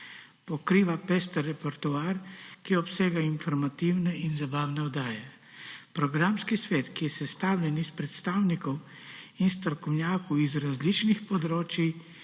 pokriva pester repertoar, ki obsega informativne in zabavne oddaje. Programski svet, ki je sestavljen iz predstavnikov in strokovnjakov z različnih področij,